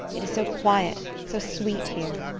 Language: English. it is so quiet, so sweet, here.